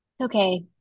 okay